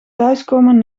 thuiskomen